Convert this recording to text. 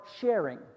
sharing